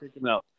no